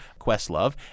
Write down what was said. Questlove